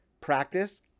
practice